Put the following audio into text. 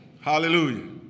Hallelujah